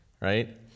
right